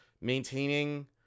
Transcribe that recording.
maintaining